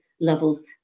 levels